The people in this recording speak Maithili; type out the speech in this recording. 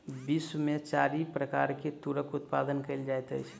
विश्व में चारि प्रकार के तूरक उत्पादन कयल जाइत अछि